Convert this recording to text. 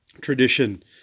tradition